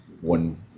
one